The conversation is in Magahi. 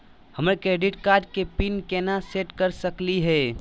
हमर क्रेडिट कार्ड के पीन केना सेट कर सकली हे?